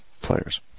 players